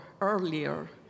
earlier